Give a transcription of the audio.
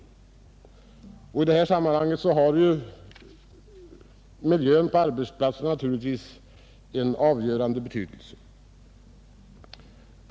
I detta sammanhang har miljön på arbetsplatserna naturligtvis en avgörande betydelse.